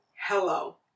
hello